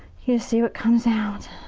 you see what comes out.